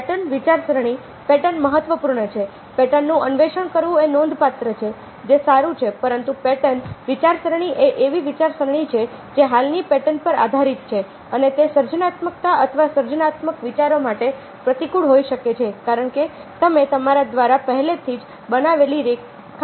pattern વિચારસરણી pattern મહત્વપૂર્ણ છે પેટર્નનું અન્વેષણ કરવું એ નોંધપાત્ર છે જે સારું છે પરંતુ પેટર્ન વિચારસરણી એ એવી વિચારસરણી છે જે હાલની પેટર્ન પર આધારિત છે અને તે સર્જનાત્મકતા અથવા સર્જનાત્મક વિચારો માટે પ્રતિકૂળ હોઈ શકે છે કારણ કે તમે તમારા દ્વારા પહેલેથી જ બનાવેલી રેખાઓ સાથે આગળ વધવાના છો